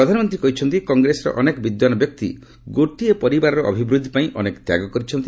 ପ୍ରଧାନମନ୍ତ୍ରୀ କହିଛନ୍ତି କଂଗ୍ରେସର ଅନେକ ବିଦ୍ୱାନ୍ ବ୍ୟକ୍ତି ଗୋଟିଏ ପରିବାରର ଅଭିବୃଦ୍ଧିପାଇଁ ଅନେକ ତ୍ୟାଗ କରିଛନ୍ତି